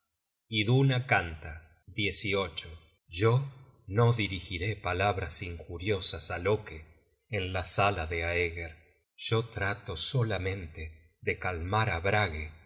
at iduna canta yo no dirigiré palabras injuriosas á loke en la sala de aeger yo trato solamente de calmar